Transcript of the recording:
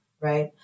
right